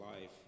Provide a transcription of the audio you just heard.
life